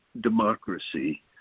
democracy